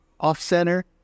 off-center